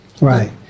Right